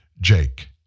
Jake